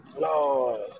Lord